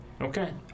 Okay